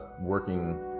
working